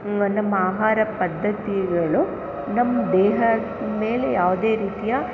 ನಮ್ಮ ಆಹಾರ ಪದ್ದತಿಗಳು ನಮ್ಮ ದೇಹದಮೇಲೆ ಯಾವುದೇ ರೀತಿಯ